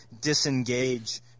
disengage